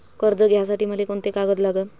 कर्ज घ्यासाठी मले कोंते कागद लागन?